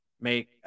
make